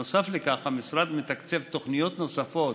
נוסף לכך, המשרד מתקצב תוכניות נוספות